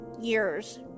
years